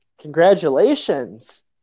Congratulations